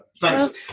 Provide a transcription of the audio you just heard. thanks